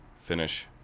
finish